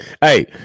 Hey